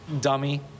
dummy